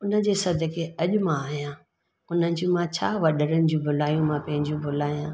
हुनजे सदिक़े अॼु मां आहियां हुनजी मां छा वॾनि जी भलायूं मां पंहिंजूं भुलाया